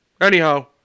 Anyhow